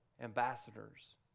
ambassadors